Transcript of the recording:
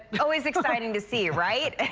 always exciting to see, right?